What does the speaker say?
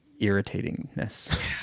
irritatingness